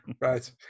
Right